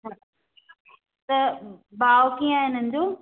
त भाव कीअं आहे हिननि जो